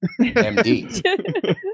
MD